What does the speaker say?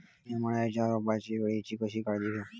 मीया मक्याच्या रोपाच्या वेळी कशी काळजी घेव?